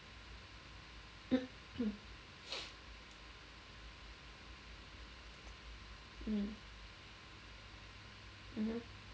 mm mmhmm